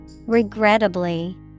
Regrettably